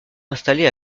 installés